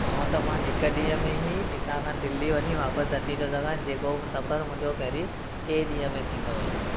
हूंअं त मां हिकु ॾींहं में ई हितां खां दिल्ली वञी वापसि अची थो सघां जेको सफ़र मुंहिंजो पहिरीं टे ॾींहं में थींदो हुओ